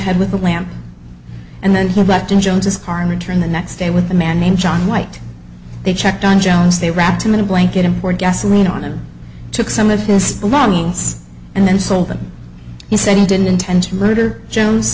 head with a lamp and then he left in jones's parmenter in the next day with a man named john white they checked on jones they wrapped him in a blanket import gasoline on him took some of his belongings and then sold them he said he didn't intend to murder jones